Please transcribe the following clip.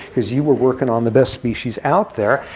because you were working on the best species out there.